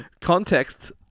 context